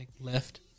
left